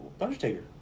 Undertaker